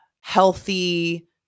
healthy